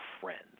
friends